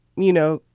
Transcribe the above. you know,